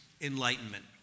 enlightenment